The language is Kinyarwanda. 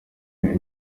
imana